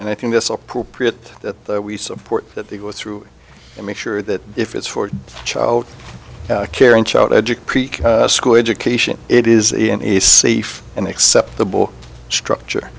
and i think this appropriate that we support that they go through and make sure that if it's for child care and shout educate school education it is in a safe and acceptable structure